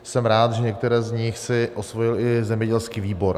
Jsem rád, že některé z nich si osvojil i zemědělský výbor.